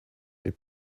they